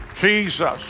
Jesus